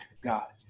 God